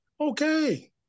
okay